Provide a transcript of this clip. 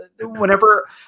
Whenever